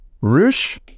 Rush